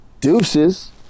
deuces